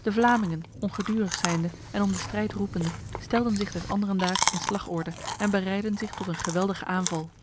de vlamingen ongedurig zijnde en om de strijd roepende stelden zich des anderendaags in slagorde en bereidden zich tot een geweldige aanval